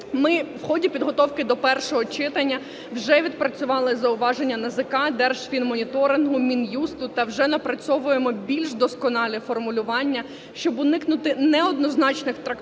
Ми в ході підготовки до першого читання вже відпрацювали зауваження НАЗК, Держфінмоніторингу, Мін'юсту та вже напрацьовуємо більш досконалі формулювання, щоб уникнути неоднозначних трактувань